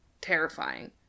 terrifying